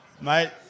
mate